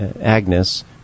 Agnes